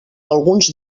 alguns